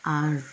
আর